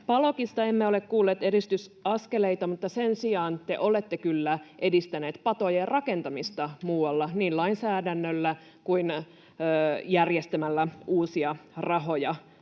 Palokista emme ole kuulleet edistysaskeleita, mutta sen sijaan te olette kyllä edistäneet patojen rakentamista muualla niin lainsäädännöllä kuin järjestämällä uusia rahoja